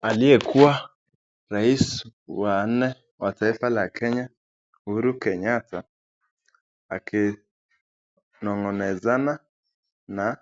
Aliyekuwa rais wa nne wa taifa la Kenya Uhuru Kenyatta akinong'onezana na